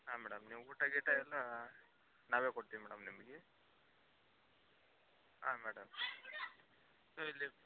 ಹಾಂ ಮೇಡಮ್ ನೀವು ಊಟ ಗೀಟ ಎಲ್ಲ ನಾವೆ ಕೊಡ್ತೀವಿ ಮೇಡಮ್ ನಿಮಗೆ ಹಾಂ ಮೇಡಮ್ ನೀವು ಇಲ್ಲಿ